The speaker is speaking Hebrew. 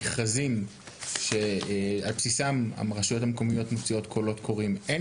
במכרזים שעל בסיסם הרשויות המקומיות מציאות קולות קוראים אין